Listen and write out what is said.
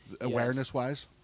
awareness-wise